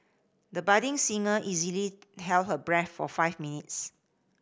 the budding singer easily held her breath for five minutes